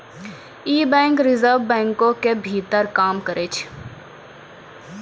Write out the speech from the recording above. इ bank reserve बैंको के भीतर काम करै छै